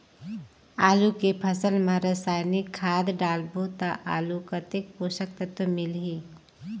आलू के फसल मा रसायनिक खाद डालबो ता आलू कतेक पोषक तत्व मिलही?